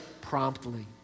promptly